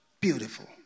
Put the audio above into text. Beautiful